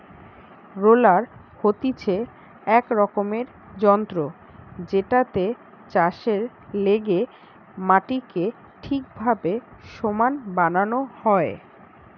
roller হতিছে এক রকমের যন্ত্র জেটাতে চাষের লেগে মাটিকে ঠিকভাবে সমান বানানো হয়